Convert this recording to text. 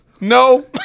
no